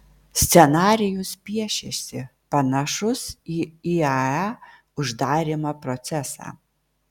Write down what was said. scenarijus piešiasi panašus į iae uždarymo procesą